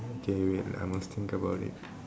okay wait lah I must think about it